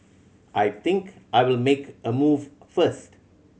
I think I'll make a move first